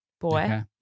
boy